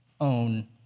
own